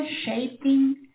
shaping